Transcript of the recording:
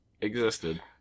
existed